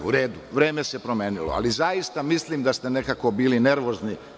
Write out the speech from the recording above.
U redu, vreme se promenilo, ali zaista mislim da ste nekako bili nervozni.